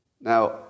Now